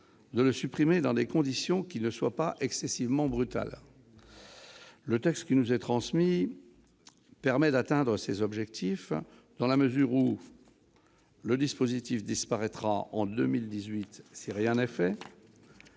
de le supprimer dans des conditions qui ne soient pas trop brutales. Le texte qui nous est transmis permet d'atteindre ces objectifs, dans la mesure où le dispositif disparaîtra en 2018, si rien n'est fait.